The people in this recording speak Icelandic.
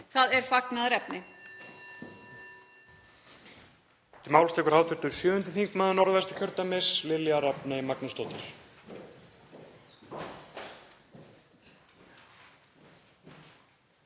Það er fagnaðarefni.